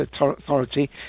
authority